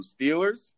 Steelers